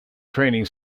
training